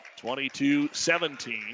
22-17